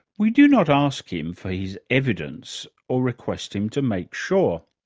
we do not ask him for his evidence, or request him to make sure.